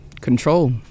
control